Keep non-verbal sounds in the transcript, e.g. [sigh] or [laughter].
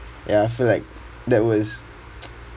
ya I feel like that was [noise]